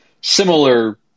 similar